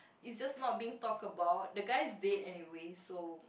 is just not being talked about the guy is dead anyway so